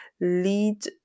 lead